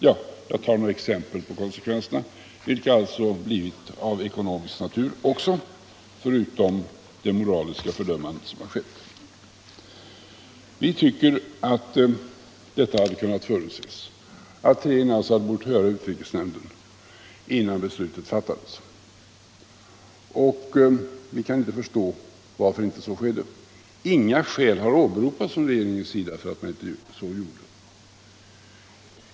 Detta var några exempel på de konsekvenser även av ekonomisk natur som uppstått förutom det moraliska fördömande som skett. Vi anser att detta hade kunnat förutses och att regeringen hade bort höra utrikesnämnden innan beslutet fattades. Vi kan inte förstå varför så inte skedde. Inga skäl har åberopats från regeringens sida för varför den inte gjorde så.